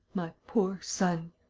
my poor son.